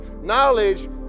Knowledge